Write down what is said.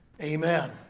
amen